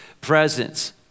presence